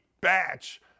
batch